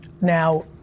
Now